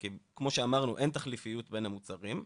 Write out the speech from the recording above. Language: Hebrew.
כי כמו שאמרנו, אין תחליפיות בין המוצרים,